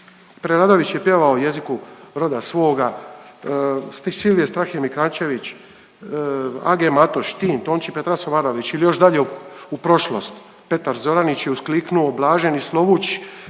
Preradović je pjevao o jeziku roda svoga. Silvije Strahimir Kranjčević, A.G. Matoš, Tin, Tonči …/Govornik se ne razumije./… ili još dalje u prošlog Petar Zoranić je uskliknuo; „blaženi slovuć